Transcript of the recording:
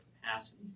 capacity